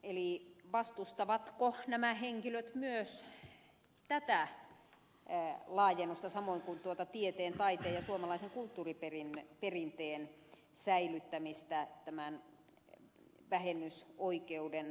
eli vastustavatko nämä henkilöt myös tätä laajennusta samoin kuin tuota tieteen taiteen ja suomalaisen kulttuuriperinteen säilyttämistä tämän vähennysoikeuden kautta